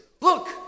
look